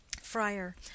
friar